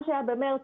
מה שהיה במארס,